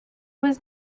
was